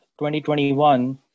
2021